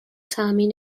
تأمین